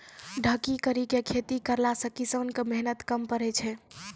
ढकी करी के खेती करला से किसान के मेहनत कम पड़ै छै